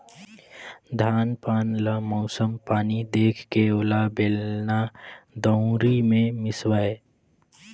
धान पान ल मउसम पानी देखके ओला बेलना, दउंरी मे मिसवाए